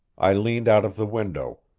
i leaned out of the window.